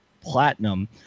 platinum